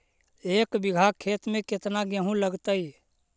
एक बिघा खेत में केतना गेहूं लगतै?